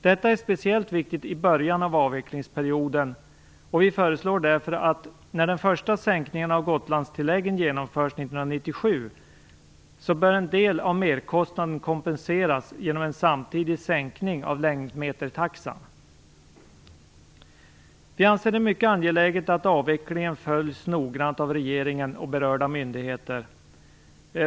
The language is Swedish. Detta är speciellt viktigt i början av avvecklingsperioden, och vi föreslår därför att när den första sänkningen av Gotlandstilläggen genomförs 1997, bör en del av merkostnaden kompenseras genom en samtidig sänkning av längdmetertaxan. Vi anser det mycket angeläget att avvecklingen följs noggrant av regeringen och berörda myndigheter.